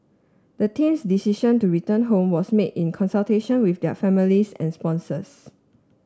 the team's decision to return home was made in consultation with their families and sponsors